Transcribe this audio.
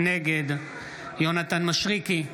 נגד יונתן מישרקי,